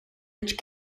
each